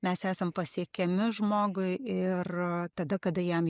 mes esam pasiekiami žmogui ir tada kada jam